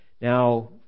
Now